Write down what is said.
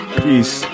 peace